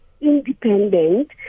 independent